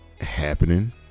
happening